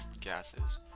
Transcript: gases